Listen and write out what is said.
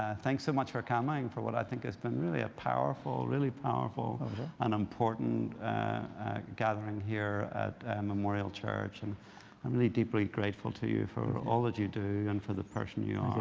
thanks so much for coming for what i think has been a really ah powerful, really powerful and important gathering here at memorial church. and i'm really deeply grateful to you for all that you do and for the person you are.